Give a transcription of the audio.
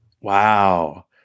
Wow